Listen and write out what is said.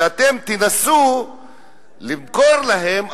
שאתם תנסו למכור להם,